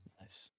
Nice